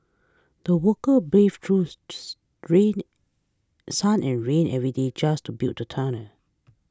the workers braved through's green sun and rain every day just to build the tunnel